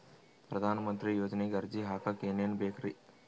ಪ್ರಧಾನಮಂತ್ರಿ ಯೋಜನೆಗೆ ಅರ್ಜಿ ಹಾಕಕ್ ಏನೇನ್ ಬೇಕ್ರಿ?